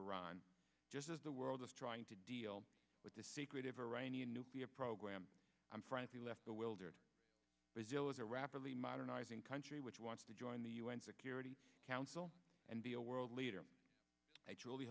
iran just as the world is trying to deal with the secretive iranian nuclear program i'm frankly left the wilderness brazil is a rapidly modernizing country which wants to join the u n security council and be a world leader i